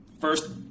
first